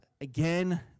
again